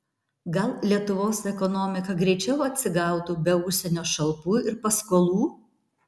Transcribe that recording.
gal lietuvos ekonomika greičiau atsigautų be užsienio šalpų ir paskolų